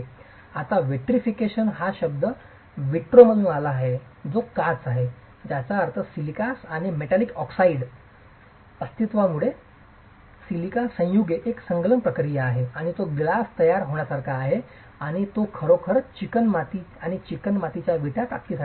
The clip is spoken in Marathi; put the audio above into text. आता विट्रीफिकेशन हा शब्द विट्रोमधून आला आहे जो काच आहे ज्याचा अर्थ सिलिकास आणि मेटलिक ऑक्साईडच्या अस्तित्वामुळे सिलिका संयुगे एक संलयन प्रक्रिया आहे आणि तो ग्लास तयार होण्यासारखा आहे आणि तो खरोखर चिकणमाती चिकणमातीच्या विटा करण्यासाठी ताकद देतो